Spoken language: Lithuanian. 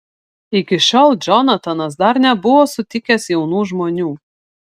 iki šiol džonatanas dar nebuvo sutikęs jaunų žmonių